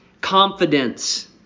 confidence